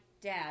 dad